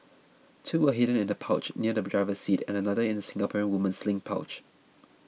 two were hidden in a pouch under the driver's seat and another in a Singaporean woman's sling pouch